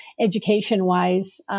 education-wise